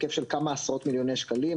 בהיקף של כמה עשרות מיליוני שקלים.